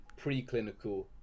preclinical